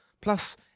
plus